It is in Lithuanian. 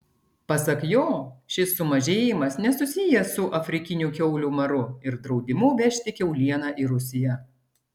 pasak jo šis sumažėjimas nesusijęs su afrikiniu kiaulių maru ir draudimu vežti kiaulieną į rusiją